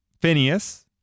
Phineas